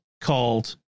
called